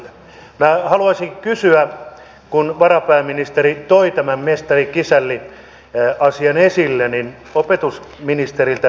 minä haluaisin kysyä kun varapääministeri toi tämän mestarikisälli asian esille opetusministeriltä